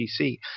pc